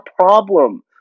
problem